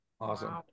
awesome